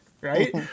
Right